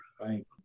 Right